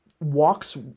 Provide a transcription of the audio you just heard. walks